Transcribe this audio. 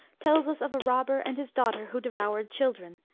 tells us of a robber and his daughter who devoured children,